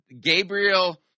Gabriel